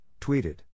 tweeted